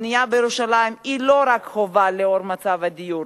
הבנייה בירושלים היא לא רק חובה לנוכח מצב הדיור,